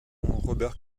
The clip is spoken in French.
robert